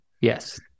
Yes